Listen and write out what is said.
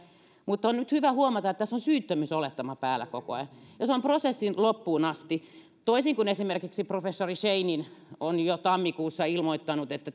mutta nyt on hyvä huomata että tässä on syyttömyysolettama päällä koko ajan ja se on prosessin loppuun asti toisin kuin esimerkiksi professori scheinin on jo tammikuussa ilmoittanut että